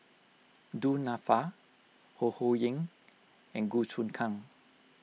Du Nanfa Ho Ho Ying and Goh Choon Kang